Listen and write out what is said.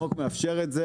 החוק מאפשר את זה,